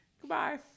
Goodbye